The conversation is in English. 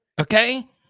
Okay